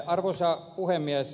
arvoisa puhemies